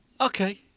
okay